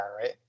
right